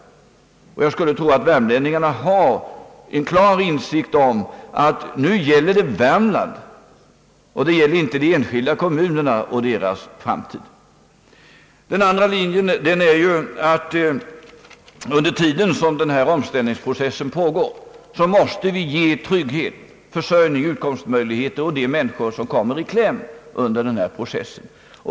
Och jag skulle tro att värmlänningarna har en klar insikt om att nu gäller det hela Värmland, inte de enskilda kommunerna och deras framtid. Den andra linjen är att under den tid som denna omställningsprocess pågår måste vi ge trygghet, försörjning och utkomstmöjligheter åt de människor som kommer i kläm under den här processen.